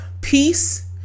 peace